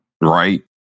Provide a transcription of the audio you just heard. Right